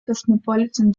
cosmopolitan